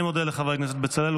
אני מודה לחבר הכנסת בצלאל,